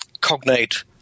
cognate